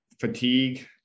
fatigue